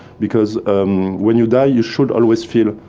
because when you die, you should always feel,